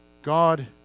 God